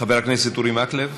חבר הכנסת אורי מקלב,